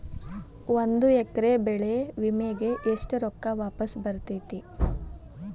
ಒಂದು ಎಕರೆ ಬೆಳೆ ವಿಮೆಗೆ ಎಷ್ಟ ರೊಕ್ಕ ವಾಪಸ್ ಬರತೇತಿ?